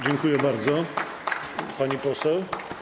Dziękuję bardzo, pani poseł.